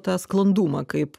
tą sklandumą kaip